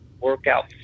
workout